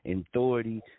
authority